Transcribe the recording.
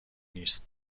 نیست